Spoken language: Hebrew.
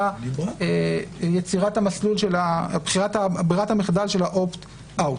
זה יצירת המסלול של ברירת המחדל של ה-opt-out.